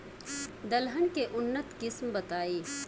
दलहन के उन्नत किस्म बताई?